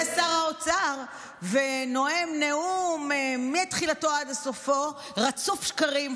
עולה שר האוצר ונואם נאום שמתחילתו עד סופו רצוף שקרים,